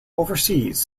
overseas